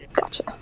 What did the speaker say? Gotcha